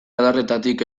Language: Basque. adarretatik